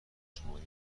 شماری